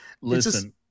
Listen